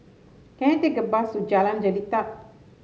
can I take a bus to Jalan Jelita